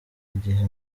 igihe